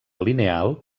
lineal